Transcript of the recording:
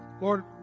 Lord